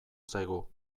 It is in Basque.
zaigu